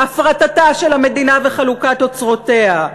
הפרטתה של המדינה וחלוקת אוצרותיה,